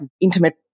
intimate